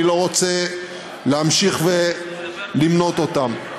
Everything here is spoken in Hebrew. אני לא רוצה להמשיך ולמנות אותם.